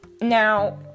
Now